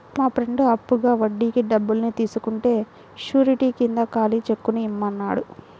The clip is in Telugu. మా ఫ్రెండు అప్పుగా వడ్డీకి డబ్బుల్ని తీసుకుంటే శూరిటీ కింద ఖాళీ చెక్కుని ఇమ్మన్నాడు